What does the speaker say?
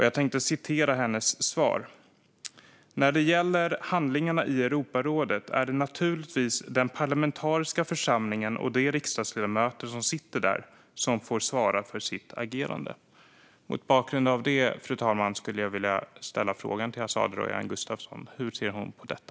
Jag citerar hennes svar: "När det gäller handlingarna i Europarådet är det naturligtvis den parlamentariska församlingen och de riksdagsledamöter som sitter där som får svara för sitt agerande." Mot bakgrund av detta, fru talman, vill jag fråga Azadeh Rojhan Gustafsson hur hon ser på detta.